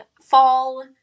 Fall